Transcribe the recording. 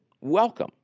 welcome